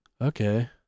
okay